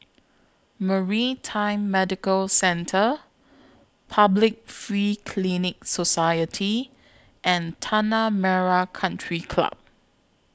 Maritime Medical Centre Public Free Clinic Society and Tanah Merah Country Club